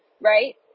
right